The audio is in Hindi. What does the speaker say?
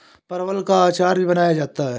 परवल का अचार भी बनाया जाता है